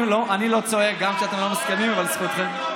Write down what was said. אני לא צועק גם כשאתם לא מסכימים, אבל זכותכם.